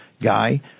guy